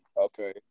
Okay